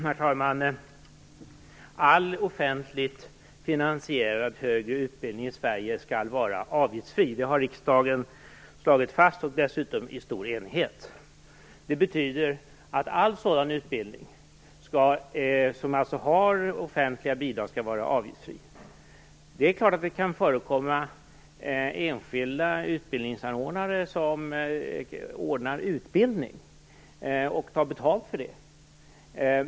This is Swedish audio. Herr talman! All offentligt finansierad högre utbildning i Sverige skall vara avgiftsfri. Det har riksdagen slagit fast i stor enighet. All utbildning som får offentliga bidrag skall alltså vara avgiftsfri. Det är klart att det finns enskilda utbildningsanordnare som ordnar utbildning och tar betalt för det.